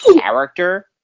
character